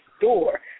door